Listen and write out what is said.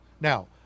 Now